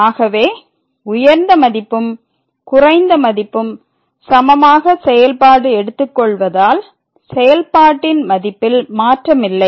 ஆகவே உயர்ந்த மதிப்பும் குறைந்த மதிப்பும் சமமாக செயல்பாடு எடுத்துக்கொள்வதால் செயல்பாட்டின் மதிப்பில் மாற்றமில்லை